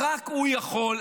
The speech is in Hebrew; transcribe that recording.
רק הוא יכול,